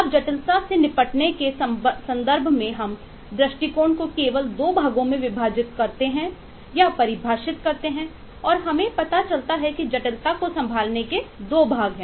अब जटिलता से निपटने के संदर्भ में हम दृष्टिकोण को केवल 2 भागों में विभाजित करते हैं या परिभाषित करते हैं और हमें पता चलता है कि जटिलता को संभालने के 2 भाग हैं